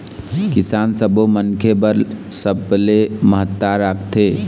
किसान सब्बो मनखे बर सबले महत्ता राखथे